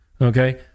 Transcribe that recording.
okay